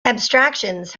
abstractions